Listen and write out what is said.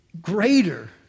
greater